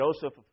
Joseph